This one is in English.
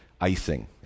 icing